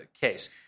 case